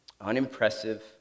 unimpressive